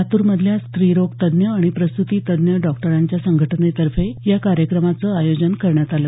लातूरमधल्या स्त्रीरोग तज्ज्ञ आणि प्रसूती तज्ज्ञ डॉक्टरांच्या संघटनेतर्फे या कार्यक्रमाचं आयोजन करण्यात आलं